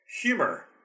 humor